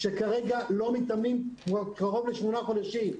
שכרגע לא מתאמנים כבר קרובה לשמונה חודשים.